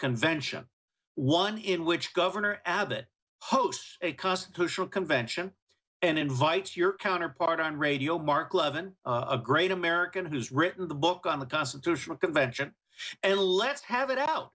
convention one in which governor abbott hosts a constitutional convention and invites your counterpart on radio mark levin a great american who's written the book on the constitutional convention and let's have it out